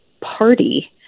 party